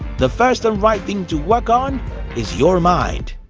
the first and right thing to work on is your mind.